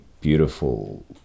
beautiful